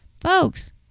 Folks